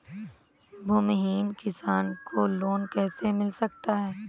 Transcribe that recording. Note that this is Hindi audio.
भूमिहीन किसान को लोन कैसे मिल सकता है?